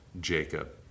Jacob